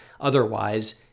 otherwise